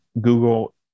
Google